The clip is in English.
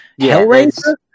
Hellraiser